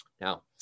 Now